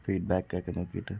feedback ഒക്കെ നോക്കിയിട്ട്